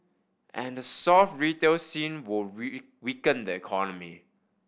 and a soft retail scene will weaken the economy